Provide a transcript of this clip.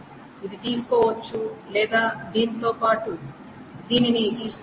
ఇది తీసుకోవచ్చు లేదా దీనితో పాటు దీనిని తీసుకోవచ్చు